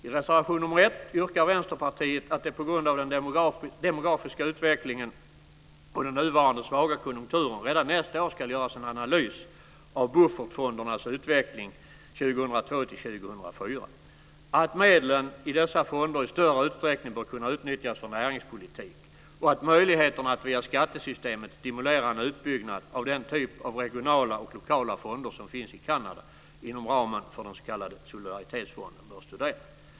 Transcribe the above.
I reservation nr 1 yrkar Vänsterpartiet att det på grund av den demografiska utvecklingen och den nuvarande svaga konjunkturen redan nästa år ska göras en analys av buffertfondernas utveckling 2002 2004, att medlen i dessa fonder i större utsträckning bör kunna utnyttjas för näringspolitik och att möjligheterna att via skattesystemet stimulera en utbyggnad av den typ av regionala och lokala fonder som finns i Kanada inom ramen för den s.k. solidaritetsfonden bör studeras.